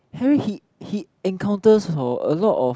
Harry he he encounters for a lot of